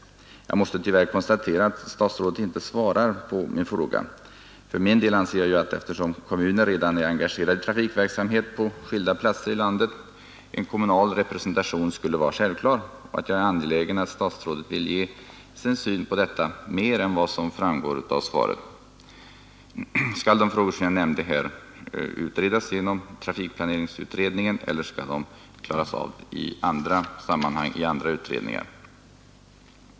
Jag måste tyvärr konstatera att statsrådet inte svarar på min fråga. För min del anser jag att, eftersom kommuner redan är engagerade i trafikverksamhet på skilda platser i landet, en kommunal representation skulle vara självklar, och jag är angelägen om att statsrådet ville ge sin syn på detta mera än vad som framgår av svaret. Skall de frågor jag nämnde nyss utredas genom trafikplaneringsutredningen eller skall de klaras upp av andra utredningar?